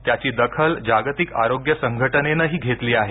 त्याची दखल जागतिक आरोग्य संघटनेनेही घेतली आहे